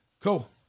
Cool